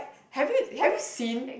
have you have you seen